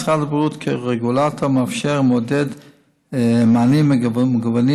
משרד הבריאות כרגולטור מאפשר ומעודד מענים מגוונים